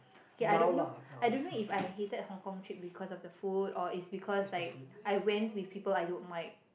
okay I don't know I don't know if I hated Hong-Kong trip because of the food or it's because like I went with people I don't like